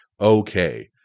okay